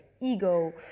ego